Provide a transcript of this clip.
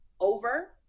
over